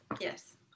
yes